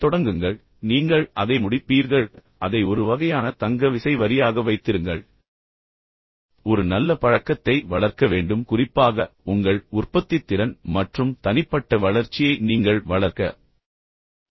எனவே தொடங்குங்கள் பின்னர் நீங்கள் அதை முடிப்பீர்கள் அதை ஒரு வகையான தங்க விசை வரியாக வைத்திருங்கள் ஒரு நல்ல பழக்கத்தை வளர்க்கும் வகையில் நினைவில் கொள்ள வேண்டும் குறிப்பாக உங்கள் உற்பத்தித்திறன் மற்றும் தனிப்பட்ட வளர்ச்சியை நீங்கள் வளர்க்க விரும்பினால்